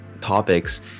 topics